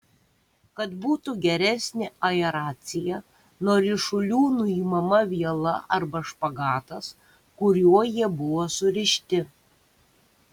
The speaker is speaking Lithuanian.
kad būtų geresnė aeracija nuo ryšulių nuimama viela arba špagatas kuriuo jie buvo surišti